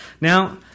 Now